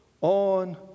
on